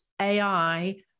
AI